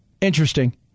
Interesting